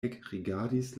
ekrigardis